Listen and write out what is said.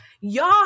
y'all